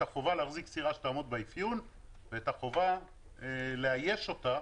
החובה להחזיק סירה שתעמוד באפיון ואת החובה לאייש אותה,